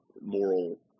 moral